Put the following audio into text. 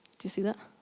do you see that?